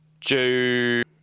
june